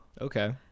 Okay